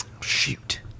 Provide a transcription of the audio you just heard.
Shoot